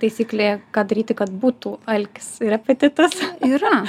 taisyklė ką daryti kad būtų alkis ir apetitas yra